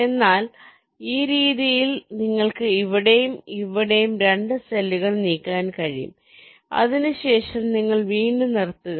അതിനാൽ ഈ രീതിയിൽ നിങ്ങൾക്ക് ഇവിടെയും ഇവിടെയും 2 സെല്ലുകൾ നീക്കാൻ കഴിയും അതിനുശേഷം നിങ്ങൾ വീണ്ടും നിർത്തുക